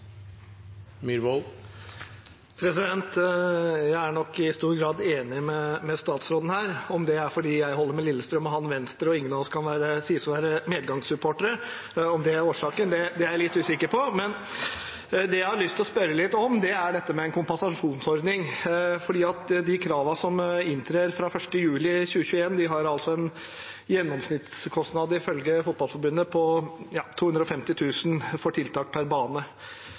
nok i stor grad enig med statsråden her. Om det er fordi jeg holder med Lillestrøm og han med Venstre og ingen av oss kan sies å være medgangssupportere, er jeg litt usikker på , men det jeg har lyst til å spørre om, er dette med en kompensasjonsordning. De kravene som inntrer fra 1. juli 2021, har altså en gjennomsnittskostnad, ifølge Fotballforbundet, på 250 000 kr for tiltak per bane.